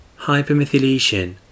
Hypermethylation